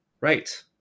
right